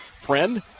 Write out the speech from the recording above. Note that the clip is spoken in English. Friend